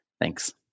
Thanks